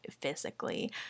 physically